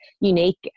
unique